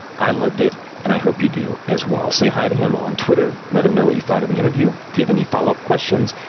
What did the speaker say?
i loved it, and i hope you do as well. say hi to him on twitter, let him know what you thought of the interview. if you have any follow-up questions,